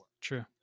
True